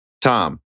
Tom